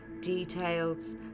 details